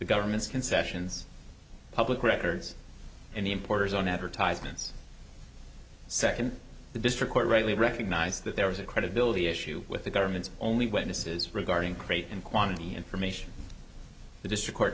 government's concessions public records and the importers on advertisements second the district court rightly recognized that there was a credibility issue with the government's only witnesses regarding crate and quantity information the district court